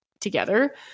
together